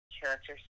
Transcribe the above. character